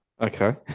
Okay